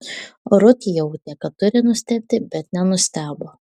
rut jautė kad turi nustebti bet nenustebo